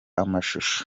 amashusho